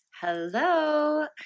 Hello